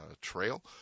Trail